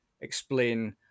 explain